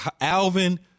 Alvin